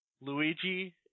Luigi